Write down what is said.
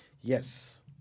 Yes